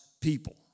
people